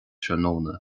tráthnóna